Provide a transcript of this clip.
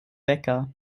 wecker